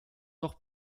doch